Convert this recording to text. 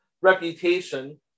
reputation